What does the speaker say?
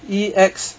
E X